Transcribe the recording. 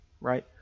right